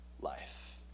life